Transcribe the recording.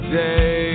day